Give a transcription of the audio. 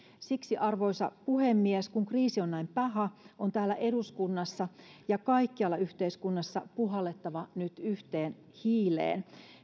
siksi arvoisa puhemies kun kriisi on näin paha on täällä eduskunnassa ja kaikkialla yhteiskunnassa puhallettava nyt yhteen hiileen